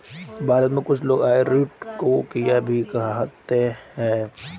भारत में कुछ लोग अरारोट को कूया भी कहते हैं